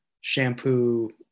shampoo